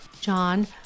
John